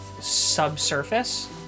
subsurface